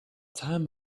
time